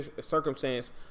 circumstance